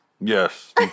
Yes